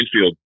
infield